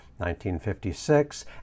1956